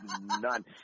none